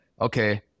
okay